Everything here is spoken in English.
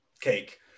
cake